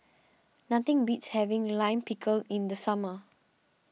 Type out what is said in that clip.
nothing beats having Lime Pickle in the summer